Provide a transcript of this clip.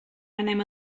anem